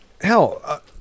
hell